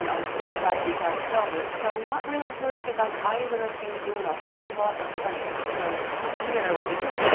and on this side, we have salvage, so i'm not really worried about either of these doing a whole lot of fraying, so narrow it is.